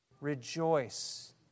Rejoice